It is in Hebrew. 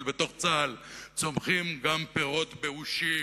אבל בתוך צה"ל צומחים גם פירות באושים.